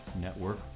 Network